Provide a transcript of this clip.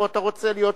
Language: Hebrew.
או שאתה רוצה להיות שני?